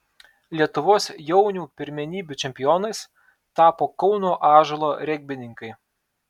lietuvos jaunių pirmenybių čempionais tapo kauno ąžuolo regbininkai